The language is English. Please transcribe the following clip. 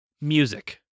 Music